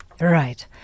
Right